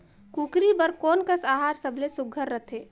कूकरी बर कोन कस आहार सबले सुघ्घर रथे?